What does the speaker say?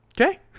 Okay